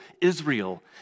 Israel